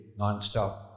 nonstop